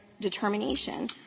determination